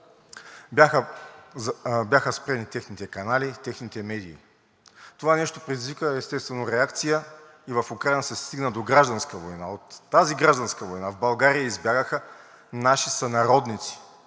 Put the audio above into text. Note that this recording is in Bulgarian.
бяха спрени техните канали, техните медии. Това нещо предизвика, естествено, реакция и в Украйна се стигна до гражданска война. От тази гражданска война в България избягаха наши сънародници,